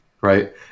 right